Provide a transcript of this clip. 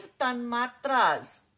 Tanmatras